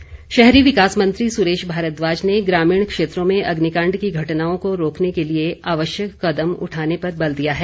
भारद्वाज शहरी विकास मंत्री सुरेश भारद्वाज ने ग्रामीण क्षेत्रों में अग्निकांड की घटनाओं को रोकने के लिए आवश्यक कदम उठाने पर बल दिया है